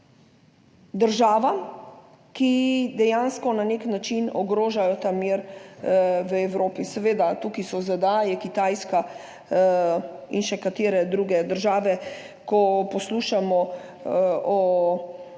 državam, ki dejansko na nek način ogrožajo ta mir v Evropi. Seveda, tukaj so ZDA, Kitajska in še katere druge države, ko poslušamo o